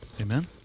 amen